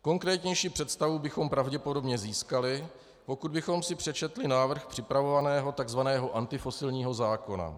Konkrétnější představu bychom pravděpodobně získali, pokud bychom si přečetli návrh připravovaného tzv. antifosilního zákona.